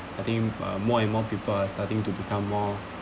I think uh more and more people are starting to become more